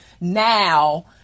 now